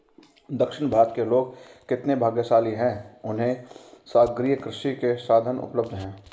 दक्षिण भारत के लोग कितने भाग्यशाली हैं, उन्हें सागरीय कृषि के साधन उपलब्ध हैं